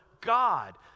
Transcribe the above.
God